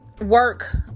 work